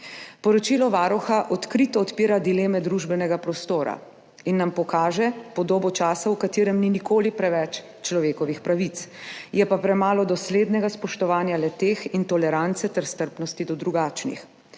Poročilo Varuha odkrito odpira dileme družbenega prostora in nam pokaže podobo časa, v katerem ni nikoli preveč človekovih pravic, je pa premalo doslednega spoštovanja le-teh in tolerance ter strpnosti do drugačnih.